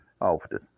often